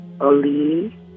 Oli